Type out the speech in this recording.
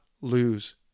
lose